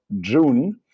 June